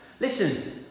Listen